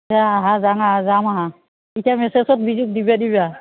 দে আহা যাম যাম আহা এতিয়া মেছেজত বিজুক দিব দিবা